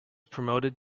promoted